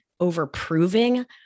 overproving